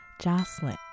jocelyn